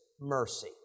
mercy